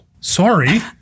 Sorry